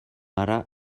ara